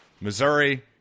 Missouri